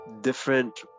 different